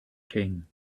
king